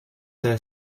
their